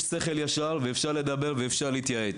יש שכל ישר, אפשר לדבר ולהתייעץ.